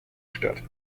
statt